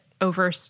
over